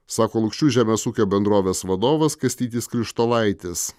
sako lukšių žemės ūkio bendrovės vadovas kastytis krištolaitis